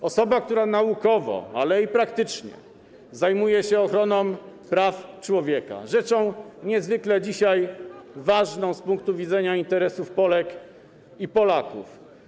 To osoba, która naukowo, ale i praktycznie zajmuje się ochroną praw człowieka, rzeczą niezwykle dzisiaj ważną z punktu widzenia interesów Polek i Polaków.